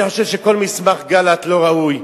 אני חושב שכל מסמך גלנט לא ראוי,